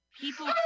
People